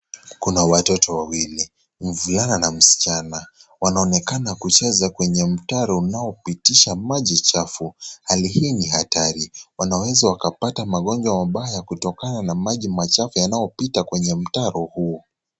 Kuna watoto wawili, mvulana na msichana. Wanaonekana kucheza kwenye mtaro unaopitisha maji chafu. Hali hii ni hatari. Wanaweza wakapata magonjwa mabaya kutokana na maji machafu yanayopita kwenye mtaro huo.